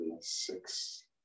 six